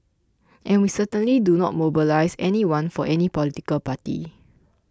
and we certainly do not mobilise anyone for any political party